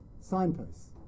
Signposts